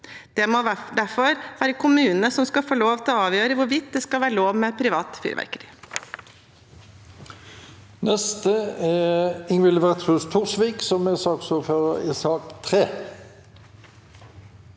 Det må derfor være kommunene som skal få lov til å avgjøre hvorvidt det skal være lov med privat fyrverkeri. Ingvild Wetrhus Thorsvik (V) (ordfører for sak nr.